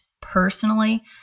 personally